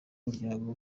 n’umuryango